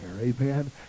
Amen